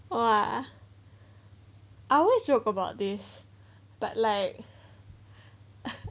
!wah! I always joke about this but like